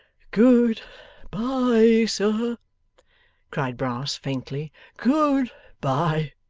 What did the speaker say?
good bye, sir cried brass faintly. good bye,